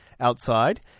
outside